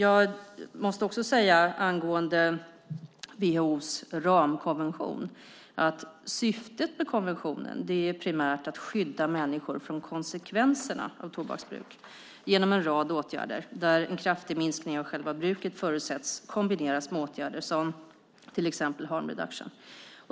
Angående WHO:s ramkonvention måste jag också säga att syftet med konventionen primärt är att skydda människor från konsekvenserna av tobaksbruk genom en rad åtgärder där en kraftig minskning av själva bruket förutsätts kombineras med åtgärder som till exempel harm reduction.